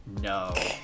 No